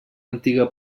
antiga